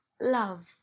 Love